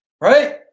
right